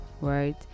right